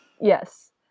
Yes